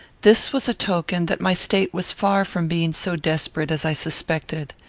this was a token that my state was far from being so desperate as i suspected.